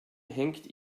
hängt